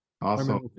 Awesome